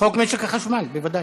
חוק משק החשמל, בוודאי.